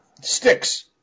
sticks